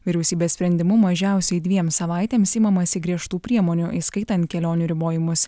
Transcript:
vyriausybės sprendimu mažiausiai dviem savaitėms imamasi griežtų priemonių įskaitant kelionių ribojimus